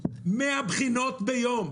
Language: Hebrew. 100 בחינות ביום,